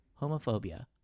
homophobia